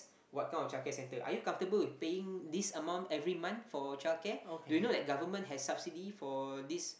what kind of childcare center are you comfortable with paying this amount every month for childcare do you know that government has subsidy for this